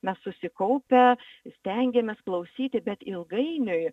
mes susikaupę stengiamės klausyti bet ilgainiui